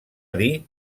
dir